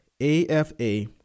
AFA